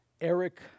Eric